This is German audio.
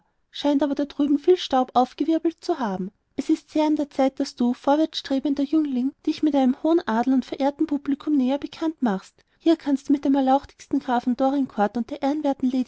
scheint aber da drüben viel staub aufgewirbelt zu haben es ist sehr an der zeit daß du vorwärts strebender jüngling dich mit einem hohen adel und verehrten publikum näher bekannt machst hier kannst du mit dem erlauchtigsten grafen dorincourt und der ehrenwerten